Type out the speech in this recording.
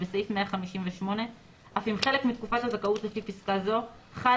שבסעיף 158 אף אם חלק מתקופת הזכאות לפי פסקה זו חל